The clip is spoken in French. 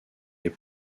est